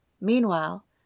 Meanwhile